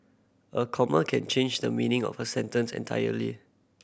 a comma can change the meaning of a sentence entirely